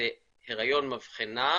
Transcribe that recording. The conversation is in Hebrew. זה היריון מבחנה,